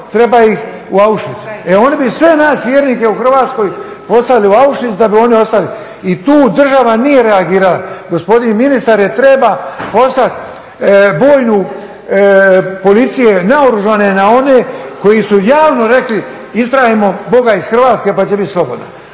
treba ih u Auschwitz. E oni bi sve nas vjernike u Hrvatskoj poslali u Auschwitz da bi oni ostali. I tu država nije reagirala, gospodin ministar je trebao poslati bojne policije naoružane na one koji su javno rekli istjerajmo Boga iz Hrvatske pa će biti slobodna.